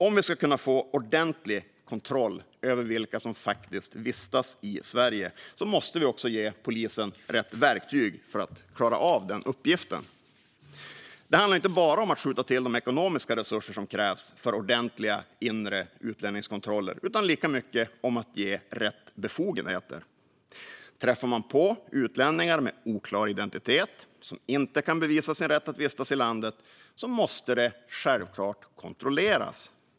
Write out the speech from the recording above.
Om vi ska kunna få ordentlig kontroll över vilka som faktiskt vistas i Sverige måste vi ge polisen rätt verktyg för att klara av den uppgiften. Det handlar inte bara om att skjuta till de ekonomiska resurserna som krävs för ordentliga inre utlänningskontroller utan lika mycket om att ge rätt befogenheter. Träffar man på utlänningar med oklar identitet och som inte kan bevisa sin rätt att vistas i landet måste det självklart kontrolleras.